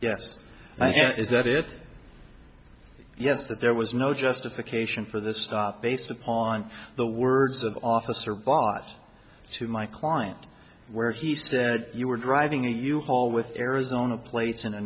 you is that it yes that there was no justification for the stop based upon the words of officer bought to my client where he said you were driving a u haul with arizona plates and a